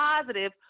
positive